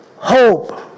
Hope